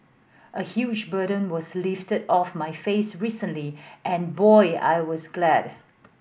a huge burden was lifted off my face recently and boy I was glad